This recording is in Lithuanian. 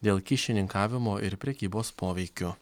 dėl kyšininkavimo ir prekybos poveikiu